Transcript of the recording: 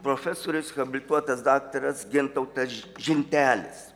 profesorius habilituotas daktaras gintautas žintelis